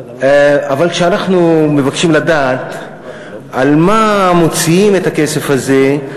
אבל כשאנחנו מבקשים לדעת על מה מוציאים את הכסף הזה,